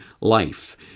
life